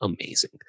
amazing